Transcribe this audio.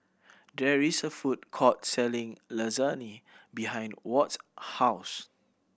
there is a food court selling Lasagne behind Watt's house